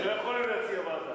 הם לא יכולים להציע ועדה.